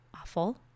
awful